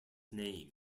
name